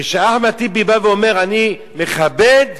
כשאחמד טיבי בא ואומר: אני מכבד,